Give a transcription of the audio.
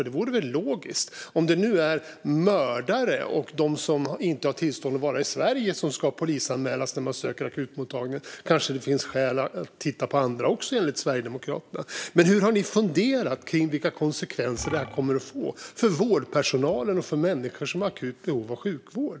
Det vore väl logiskt. Om det nu är mördare och de som inte har tillstånd att vara i Sverige som ska polisanmälas när de söker vård på akutmottagning kanske det finns skäl att också titta på andra enligt Sverigedemokraterna. Hur har ni funderat om vilka konsekvenser det kommer att få för vårdpersonalen och människor som är i akut behov av sjukvård?